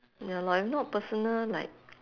ya lor if not personal like